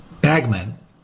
bagman